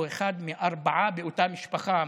הוא אחד מארבעה מאותה משפחה,